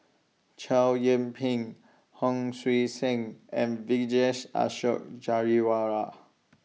Chow Yian Ping Hon Sui Sen and Vijesh Ashok Ghariwala